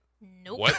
Nope